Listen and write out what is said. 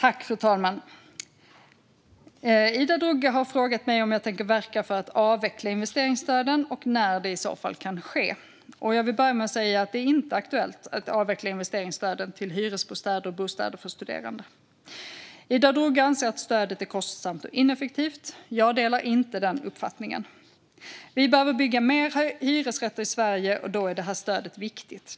Fru talman! Ida Drougge har frågat mig om jag tänker verka för att avveckla investeringsstöden och när det i så fall kan ske. Jag vill börja med att säga att det inte är aktuellt att avveckla investeringsstödet till hyresbostäder och bostäder för studerande. Ida Drougge anser att stödet är kostsamt och ineffektivt. Jag delar inte den uppfattningen. Vi behöver bygga mer hyresrätter i Sverige, och då är det här stödet viktigt.